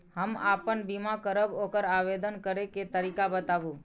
हम आपन बीमा करब ओकर आवेदन करै के तरीका बताबु?